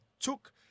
took